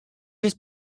just